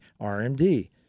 RMD